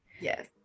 Yes